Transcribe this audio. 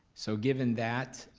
so given that,